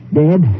dead